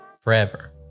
forever